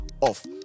off